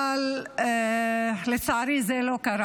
זה לא קרה.